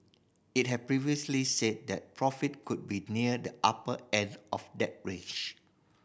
it had previously said that profit could be near the upper end of that range